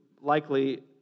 likely